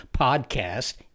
podcast